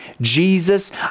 Jesus